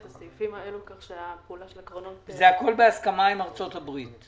הסעיפים האלה כך שהפעולה של הקרנות --- זה הכול בהסכמה עם ארצות הברית.